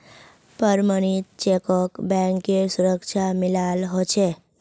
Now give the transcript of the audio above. प्रमणित चेकक बैंकेर सुरक्षा मिलाल ह छे